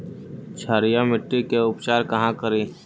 क्षारीय मिट्टी के उपचार कहा करी?